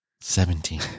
Seventeen